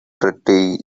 dirty